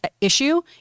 issue